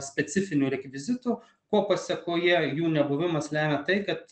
specifinių rekvizitų ko pasekoje jų nebuvimas lemia tai kad